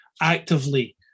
actively